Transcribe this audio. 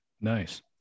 Nice